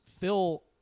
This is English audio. Phil